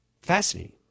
Fascinating